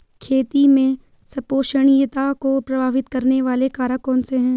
खेती में संपोषणीयता को प्रभावित करने वाले कारक कौन से हैं?